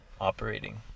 operating